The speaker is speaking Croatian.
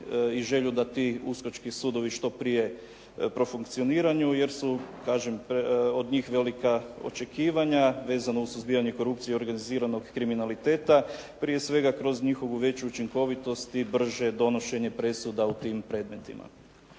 i želju da ti uskočki sudovi što prije profunkcioniraju jer su kažem od njih velika očekivanja vezano uz suzbijanje korupcije i organiziranog kriminaliteta, prije svega kroz njihovu veću učinkovitost i brže donošenje presuda u tim predmetima.